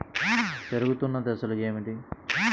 పెరుగుతున్న దశలు ఏమిటి?